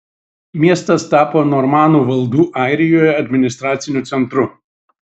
miestas tapo normanų valdų airijoje administraciniu centru